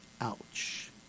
Ouch